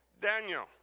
Daniel